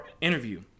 interview